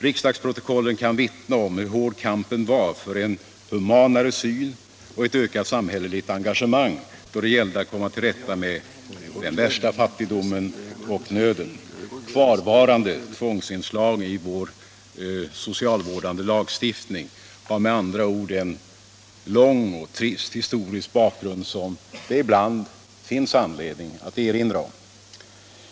Riksdagsprotokollen kan vittna om hur hård kampen var för en humanare syn och ett ökat samhälleligt engagemang då det gällde att komma till rätta med den värsta fattigdomen och nöden. Kvarvarande tvångsinslag i vår socialvårdande lagstiftning har med andra ord en lång och trist historisk bakgrund, som det ibland finns anledning att erinra om.